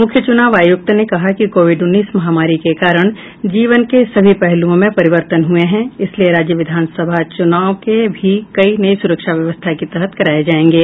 मुख्य चुनाव आयुक्त ने कहा कि कोविड उन्नीस महामारी के कारण जीवन के सभी पहलुओं में परिवर्तन हुए हैं इसलिए राज्य विधानसभा के चुनाव भी नई सुरक्षा व्यवस्था के तहत ही कराये जायेंगे